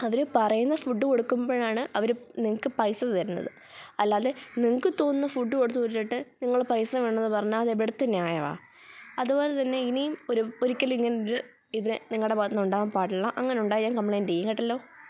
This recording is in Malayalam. അവർ പറയുന്ന ഫുഡ് കൊടുക്കുമ്പോഴാണ് അവർ നിങ്ങൾക്കു പൈസ തരുന്നത് അല്ലാതെ നിങ്ങൾക്ക് തോന്നുന്ന ഫുഡ് കൊടുത്തു വിട്ടിട്ട് നിങ്ങൾ പൈസ വേണമെന്നു പറഞ്ഞാൽ അതെവിടുത്തെ ന്യായമാണ് അതുപോലെ തന്നെ ഇനിയും ഒരു ഒരിക്കലും ഇങ്ങനെ ഒരു ഇതിനെ നിങ്ങളുടെ ഭാഗത്തു നിന്ന് ഉണ്ടാകാന് പാടില്ല അങ്ങനെ ഉണ്ടായാല് ഞാന് കംപ്ലെയിന്റ് ചെയ്യും കേട്ടല്ലോ